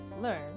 Learn